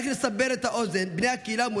הקהילה האתיופית השתלבה בחברה הישראלית במגוון תחומים